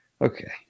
Okay